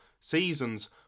seasons